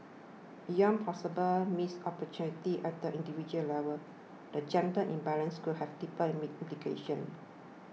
beyond possible missed opportunities at the individual level the gender imbalance could have deeper indications